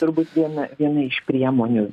turbūt viena viena iš priemonių